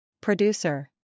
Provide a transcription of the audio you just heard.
Producer